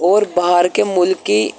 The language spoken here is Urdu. اور باہر کے ملک کی